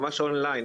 ממש און ליין,